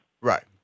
Right